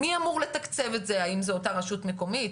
מי אמור לתקצב את זה אם זו אותה רשות מקומית,